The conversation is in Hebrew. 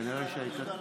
כנראה שהייתה טעות.